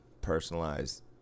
personalized